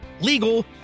legal